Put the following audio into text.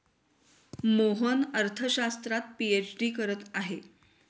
मोहन अर्थशास्त्रात पीएचडी करत आहे